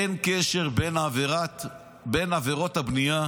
אין קשר בין עבירות הבנייה